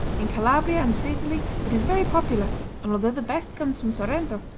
in calabria and sicily it is very popular, and although the best comes from sorrento,